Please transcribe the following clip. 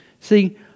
See